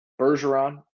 Bergeron